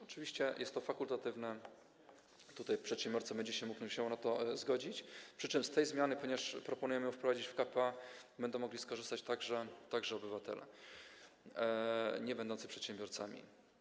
Oczywiście jest to fakultatywne, przedsiębiorca będzie się musiał na to zgodzić, przy czym z tej zmiany - ponieważ proponujemy jej wprowadzenie w k.p.a. - będą mogli skorzystać także obywatele niebędący przedsiębiorcami.